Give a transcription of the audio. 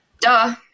Duh